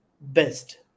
best